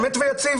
אמת ויציב.